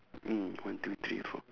mm one two three four